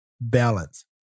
balance